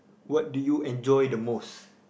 what do you enjoy the most